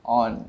on